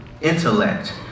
intellect